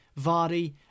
Vardy